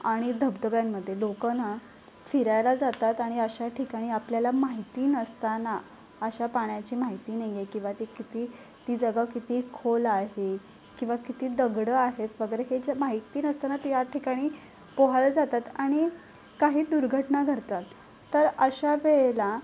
आणि धबधब्यांमध्ये लोकं ना फिरायला जातात आणि अशा ठिकाणी आपल्याला माहिती नसताना अशा पाण्याची माहिती नाही आहे किंवा ती किती ती जागा किती खोल आहे किंवा किती दगडं आहेत वगैरे हे जर माहिती नसताना या ठिकाणी पोहायला जातात आणि काही दुर्घटना घडतात तर अशा वेळेला